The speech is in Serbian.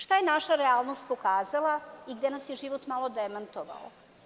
Šta je naša realnost pokazala i gde nas je život malo demantovao?